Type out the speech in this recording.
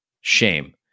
Shame